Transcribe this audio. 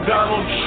Donald